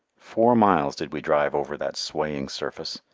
four miles did we drive over that swaying surface,